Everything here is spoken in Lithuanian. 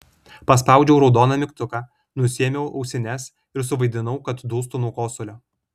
paspaudžiau raudoną mygtuką nusiėmiau ausines ir suvaidinau kad dūstu nuo kosulio